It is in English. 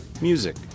music